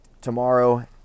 tomorrow